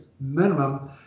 minimum